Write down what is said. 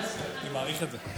אני מעריך את זה.